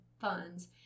funds